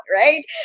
right